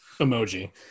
emoji